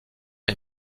est